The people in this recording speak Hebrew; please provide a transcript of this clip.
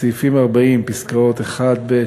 סעיפים 40 פסקאות (1)(ב),